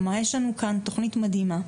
כלומר יש לנו כאן תוכנית שהיא תוכנית מדהימה,